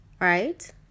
right